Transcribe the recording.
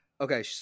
Okay